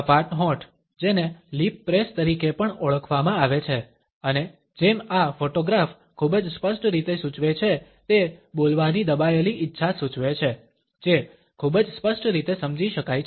સપાટ હોઠ જેને લિપ પ્રેસ તરીકે પણ ઓળખવામાં આવે છે અને જેમ આ ફોટોગ્રાફ ખૂબ જ સ્પષ્ટ રીતે સૂચવે છે તે બોલવાની દબાયેલી ઇચ્છા સૂચવે છે જે ખૂબ જ સ્પષ્ટ રીતે સમજી શકાય છે